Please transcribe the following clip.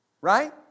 Right